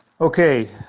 Okay